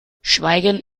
schweigend